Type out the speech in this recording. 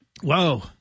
Whoa